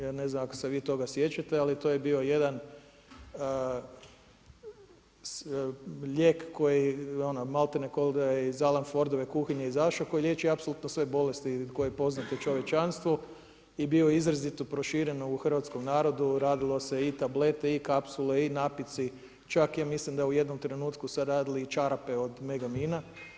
Ja ne znam ako se vi to sjećate, ali to je bio jedan lijek koji maltene kao da je iz „Alan fordove kuhinje“ izašao, koji liječi apsolutno sve bolesti koje poznaje čovječanstvo i bio je izuzetno proširen u hrvatskom narodu, radilo se i tablete i kapsule i napitci, čak ja mislim da u jednom trenutku su se radile i čarape od megamina.